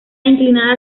inclinada